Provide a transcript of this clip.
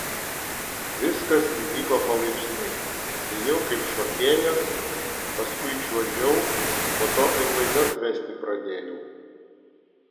viskas įvyko palaipsniui atėjau kaip šokėjas paskui čiuožiau po to ir laidas vesti pradėjau